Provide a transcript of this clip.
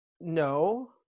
no